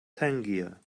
tangier